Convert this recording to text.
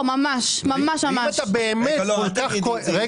במנעד ההכנסות שלהם,